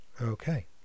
Okay